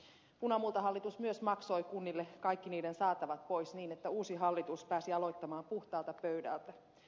punamultahallitus myös maksoi kunnille kaikki niiden saatavat pois niin että uusi hallitus pääsi aloittamaan puhtaalta pöydältä